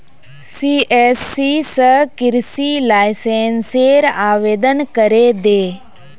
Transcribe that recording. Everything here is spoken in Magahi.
सिएससी स कृषि लाइसेंसेर आवेदन करे दे